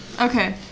Okay